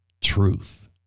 truth